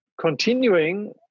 continuing